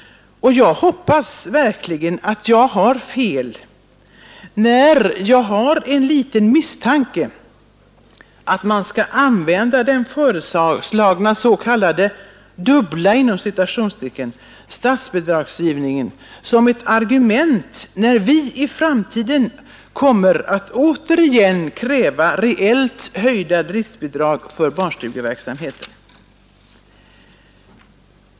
Jag hoppas verkligen att jag har fel när jag har en liten misstanke om att man ämnar använda den föreslagna s.k. ”dubbla” statsbidragsgivningen som ett argument när vi i framtiden kommer att återigen kräva reellt höjda driftbidrag för barnstugeverksamheten.